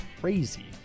crazy